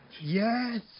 yes